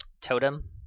totem